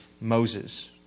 Moses